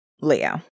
Leo